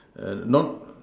err not